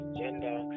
gender